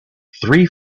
three